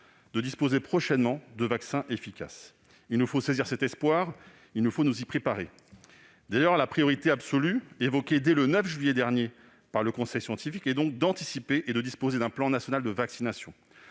à disposition prochaine de vaccins efficaces. Il nous faut saisir cet espoir et nous y préparer. D'ailleurs, la priorité absolue définie dès le 9 juillet dernier par le conseil scientifique est d'anticiper et de disposer d'un plan national de vaccination.